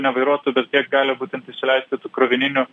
ne vairuotojų bet kiek gali būtent įsileisti tų krovininių